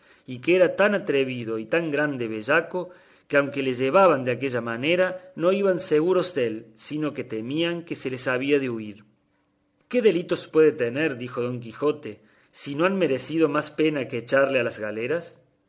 y que era tan atrevido y tan grande bellaco que aunque le llevaban de aquella manera no iban seguros dél sino que temían que se les había de huir qué delitos puede tener dijo don quijote si no han merecido más pena que echalle a las galeras